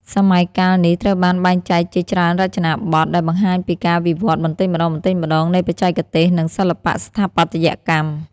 សម័យកាលនេះត្រូវបានបែងចែកជាច្រើនរចនាបថ ដែលបង្ហាញពីការវិវត្តន៍បន្តិចម្តងៗនៃបច្ចេកទេស និងសិល្បៈស្ថាបត្យកម្ម។